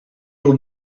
your